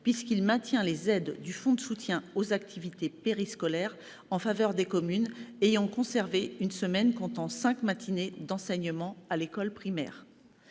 budget maintient les aides du Fonds de soutien aux activités périscolaires en faveur des communes ayant conservé une semaine comptant cinq matinées d'enseignement à l'école primaire.